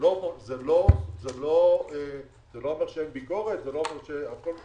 זה לא אומר שאין ביקורת ולא אומר שהכול נכון.